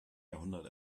jahrhundert